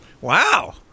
Wow